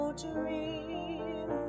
dream